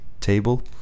table